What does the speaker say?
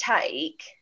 take